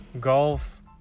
golf